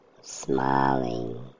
smiling